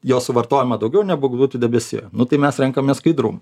jos suvartojama daugiau negu būtų debesija nu tai mes renkamės skaidrumą